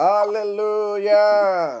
Hallelujah